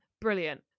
brilliant